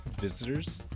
Visitors